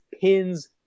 pins